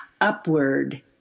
upward